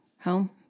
home